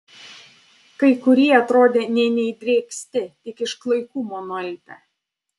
kai kurie atrodė nė neįdrėksti tik iš klaikumo nualpę